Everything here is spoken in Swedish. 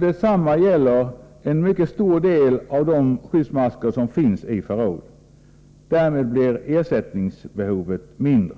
Detsamma gäller en mycket stor del av de skyddsmasker som finns i förråd. Därmed blir ersättningsbehovet mindre.